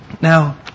Now